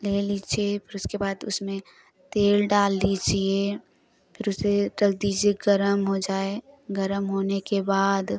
ले लीजिए फिर उसके बाद उसमें तेल डाल लीजिए फिर उसे रख दीजिए गर्म हो जाए गर्म होने के बाद